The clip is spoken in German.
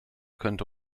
könnte